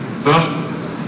First